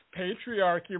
patriarchy